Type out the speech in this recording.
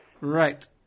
Right